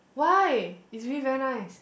why is really very nice